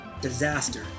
disaster